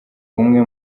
umwe